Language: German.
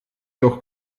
doch